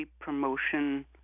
promotion